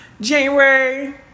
January